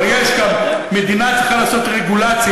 אבל מדינה צריכה לעשות רגולציה,